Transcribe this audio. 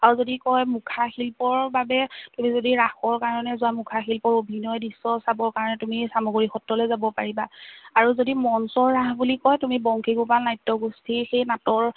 আৰু যদি কয় মুখা শিল্পৰ বাবে তুমি যদি ৰাসৰ কাৰণে যোৱা মুখা শিল্পৰ অভিনয় দৃশ্য চাবৰ কাৰণে তুমি চামগুৰি সত্ৰলৈ যাব পাৰিবা আৰু যদি মঞ্চ ৰাস বুলি কয় তুমি বংশীগোপাল নাট্য গোষ্ঠীৰ সেই নাটৰ